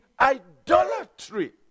idolatry